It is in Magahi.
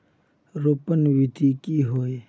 रोपण विधि की होय?